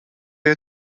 you